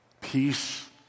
Peace